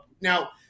now